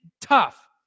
tough